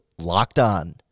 LOCKEDON